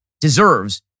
deserves